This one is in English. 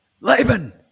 Laban